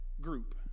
group